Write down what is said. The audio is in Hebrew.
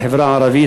לחברה הערבית.